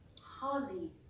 Holly